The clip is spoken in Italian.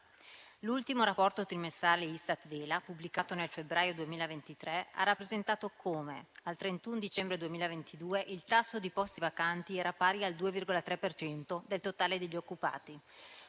l'ultimo rapporto trimestrale Istat-VELA, pubblicato nel febbraio 2023, ha rappresentato come, al 31 dicembre 2022, il tasso di posti vacanti fosse pari al 2,3 per cento del totale dei disoccupati.